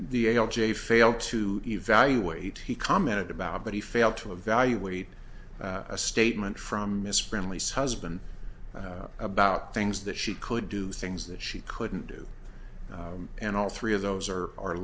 l j failed to evaluate he commented about but he failed to evaluate a statement from miss friendly's husband about things that she could do things that she couldn't do and all three of those are our